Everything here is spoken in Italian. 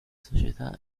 società